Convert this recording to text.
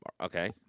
Okay